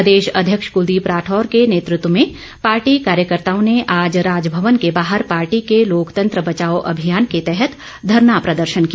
प्रदेशाध्यक्ष कलदीप राठौर के नेतृत्व में पार्टी कार्यकर्ताओं ने आज राजभवन के बाहर पार्टी के लोकतंत्र बचाओ अभियान के तहत धरना प्रदर्शन किया